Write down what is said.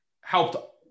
helped